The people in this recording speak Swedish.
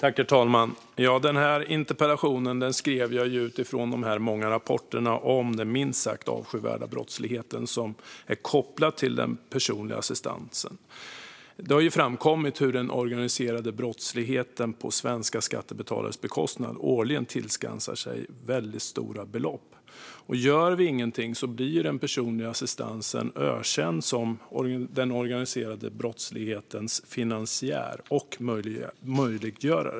Herr talman! Den här interpellationen skrev jag utifrån de många rapporterna om den minst sagt avskyvärda brottslighet som är kopplad till den personliga assistansen. Det har ju framkommit att den organiserade brottsligheten årligen tillskansar sig väldigt stora belopp på svenska skattebetalares bekostnad. Gör vi inget blir den personliga assistansen ökänd som den organiserade brottslighetens finansiär och möjliggörare.